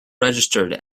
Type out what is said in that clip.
registered